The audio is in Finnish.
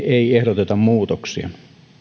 ei ehdoteta muutoksia